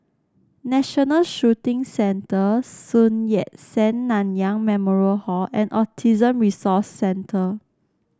National Shooting Centre Sun Yat Sen Nanyang Memorial Hall and Autism Resource Centre